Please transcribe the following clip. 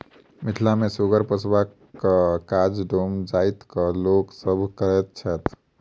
मिथिला मे सुगर पोसबाक काज डोम जाइतक लोक सभ करैत छैथ